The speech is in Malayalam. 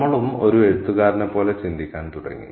നമ്മളും ഒരു എഴുത്തുകാരനെ പോലെ ചിന്തിക്കാൻ തുടങ്ങി